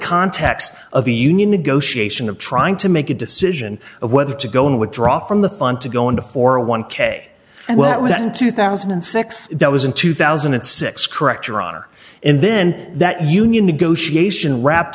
context of the union negotiation of trying to make a decision of whether to go in withdraw from the fund to go into for a one k and what was in two thousand and six that was in two thousand and six correct or honor and then that union negotiation wrapped